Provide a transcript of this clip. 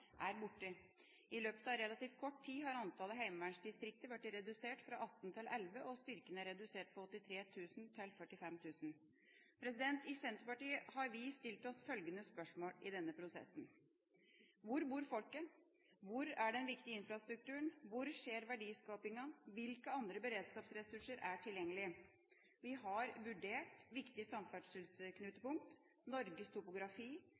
er borte. I løpet av relativt kort tid har antallet heimevernsdistrikter blitt redusert fra 18 til 11, og styrken er redusert fra 83 000 til 45 000. I Senterpartiet har vi stilt oss følgende spørsmål i denne prosessen: Hvor bor folket? Hvor er den viktige infrastrukturen? Hvor skjer verdiskapinga? Hvilke andre beredskapsressurser er tilgjengelige? Vi har vurdert viktige samferdselsknutepunkt, Norges topografi,